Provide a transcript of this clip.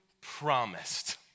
promised